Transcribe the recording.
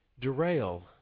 derail